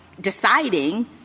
deciding